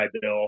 Bill